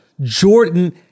Jordan